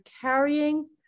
carrying